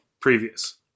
previous